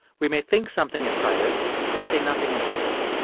we may think something in private but say nothing in public.